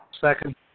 Second